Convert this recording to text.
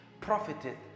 profited